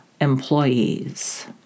employees